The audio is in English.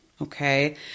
okay